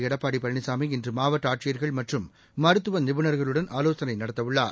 எடப்பாடி பழனிசாமி இன்று மாவட்ட ஆட்சியர்கள் மற்றும் மருத்துவ நிபுணர்களுடன் ஆலோசனை நடத்தவுள்ளார்